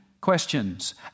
questions